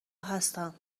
هستم